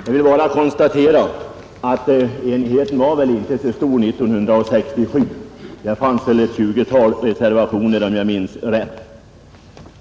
Herr talman! Jag vill bara konstatera att enigheten väl inte var så stor 1967. Då förelåg om jag minns rätt ett